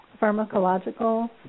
pharmacological